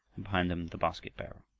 and behind them the basketbearer.